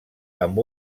amb